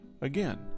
Again